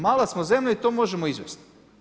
Mala samo zemlja i to možemo izvesti.